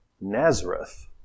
Nazareth